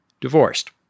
divorced